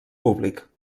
públic